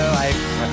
life